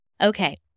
Okay